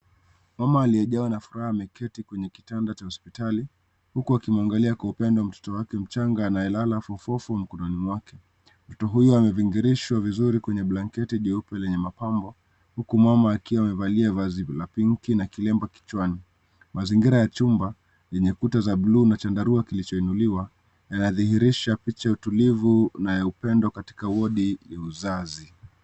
Mama aliyejawa na furaha ameketi kwenye kitandani cha hospitali , huku akimwangalia kwa upendo mtoto wake mchanga anayelala fofofo mikononi mwake. Mtoto huyu amevingilishwa vizuri kwenye blanketi jeupe lenye mapambo huku mama akiwa amevalia vazi la pingi,(cs), na kilemba kichwani . Mazingira ya chumba yenye Kuta za blue,(cs), na chandarua kilicho inuliwa inadhiirisha picha ya utulivu na ya upendo katika wodi ya uzazi.